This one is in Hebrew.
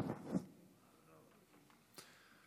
תכף נדע.